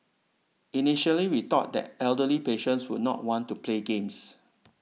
initially we thought that elderly patients would not want to play games